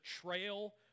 trail